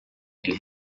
ele